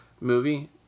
movie